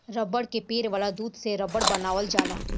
रबड़ के पेड़ वाला दूध से रबड़ बनावल जाला